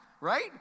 right